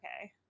okay